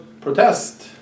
protest